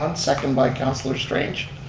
and second by councillor strange.